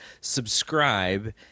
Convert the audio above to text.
subscribe